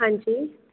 ਹਾਂਜੀ